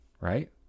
right